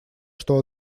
что